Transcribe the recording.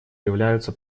являются